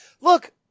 Look